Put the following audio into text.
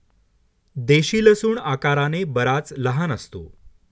देशी लसूण आकाराने बराच लहान असतो